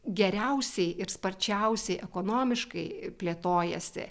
geriausiai ir sparčiausiai ekonomiškai plėtojasi